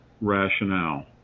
rationale